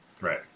Right